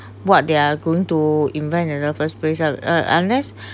what they are going to invent in the first place ah uh unless